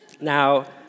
Now